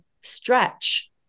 stretch